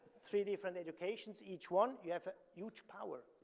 three different educations each one, you have huge power.